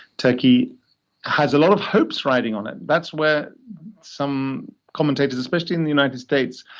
turkey has a lot of hopes riding on it that's where some commentators, especially in the united states,